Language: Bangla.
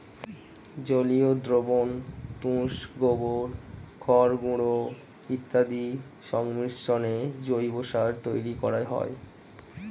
জলীয় দ্রবণ, তুষ, গোবর, খড়গুঁড়ো ইত্যাদির সংমিশ্রণে জৈব সার তৈরি করা হয়